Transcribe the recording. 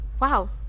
Wow